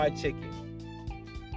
chicken